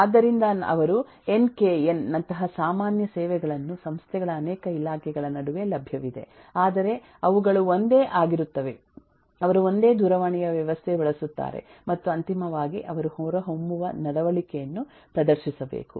ಆದ್ದರಿಂದ ಅವರು N K N ನಂತಹ ಸಾಮಾನ್ಯ ಸೇವೆಗಳನ್ನು ಸಂಸ್ಥೆಗಳ ಅನೇಕ ಇಲಾಖೆಗಳ ನಡುವೆ ಲಭ್ಯವಿದೆ ಆದರೆ ಅವುಗಳು ಒಂದೇ ಆಗಿರುತ್ತವೆ ಅವರು ಒಂದೇ ದೂರವಾಣಿಯ ವ್ಯವಸ್ಥೆ ಬಳಸುತ್ತಾರೆ ಮತ್ತು ಅಂತಿಮವಾಗಿ ಅವರು ಹೊರಹೊಮ್ಮುವ ನಡವಳಿಕೆಯನ್ನು ಪ್ರದರ್ಶಿಸಬೇಕು